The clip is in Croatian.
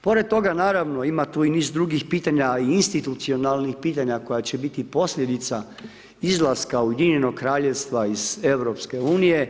Pored toga naravno ima tu i niz drugih pitanja, a i institucionalnih pitanja koja će biti posljedica izlaska Ujedinjenog Kraljevstva EU.